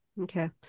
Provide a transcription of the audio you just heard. Okay